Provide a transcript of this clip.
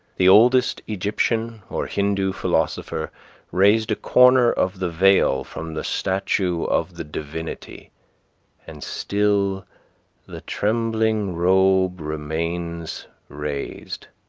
the oldest egyptian or hindoo philosopher raised a corner of the veil from the statue of the divinity and still the trembling robe remains raised,